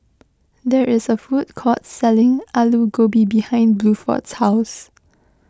there is a food court selling Alu Gobi behind Bluford's house